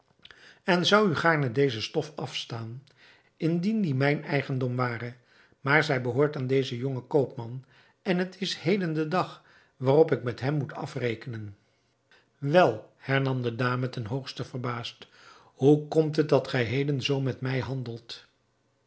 en zou u gaarne deze stof afstaan indien die mijn eigendom ware maar zij behoort aan dezen jongen koopman en het is heden de dag waarop ik met hem moet afrekenen wel hernam de dame ten hoogste verbaasd hoe komt het dat gij heden zoo met mij handelt